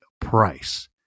price